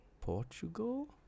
Portugal